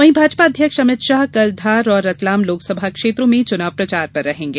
वहीं भाजपा अध्यक्ष अमित शाह कल धार और रतलाम लोकसभा क्षेत्रों में चुनाव प्रचार पर रहेंगे